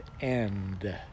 end